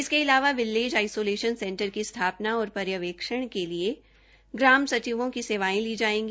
इसके अलावा village isolation centre की स्थापना और पर्यवेक्षण के लिए ग्राम सचिवों की सेवायें ली जायेगी